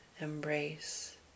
embrace